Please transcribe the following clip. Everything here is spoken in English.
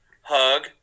hug